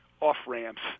off-ramps